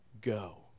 go